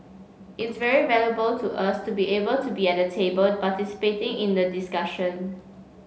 it's very valuable to us to be able to be at the table participating in the discussion